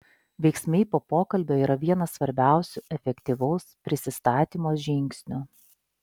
veiksmai po pokalbio yra vienas svarbiausių efektyvaus prisistatymo žingsnių